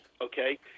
okay